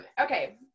Okay